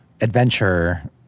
adventure